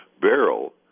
barrel